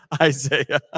Isaiah